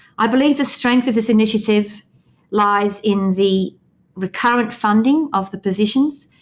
i believe the strength of this initiative lies in the recurrent funding of the positions,